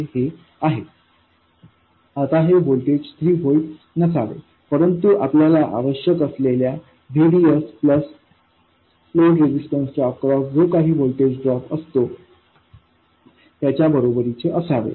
आता हे voltage 3 volt नसावे परंतु आपल्याला आवश्यक असलेल्या VDSप्लस लोड रेझिस्टरच्या अक्रॉस जो काही ड्रॉप असतो त्याच्या बरोबरीचे असावे